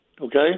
okay